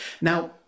Now